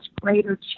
greater